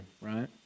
right